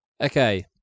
Okay